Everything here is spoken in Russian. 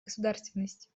государственности